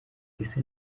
ese